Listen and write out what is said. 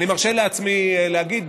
אני מרשה לעצמי להגיד,